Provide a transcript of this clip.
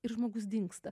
ir žmogus dingsta